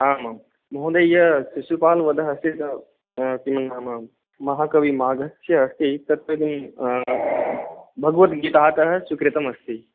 आम् आं महोदय यः शिशुपालवधः अस्ति सः किं नाम महाकवि माघस्य अस्ति तत् किं भगवद्गीतातः स्वीकृतम् अस्ति